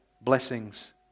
blessings